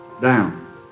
down